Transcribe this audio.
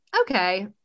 okay